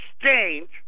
exchange